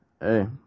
Hey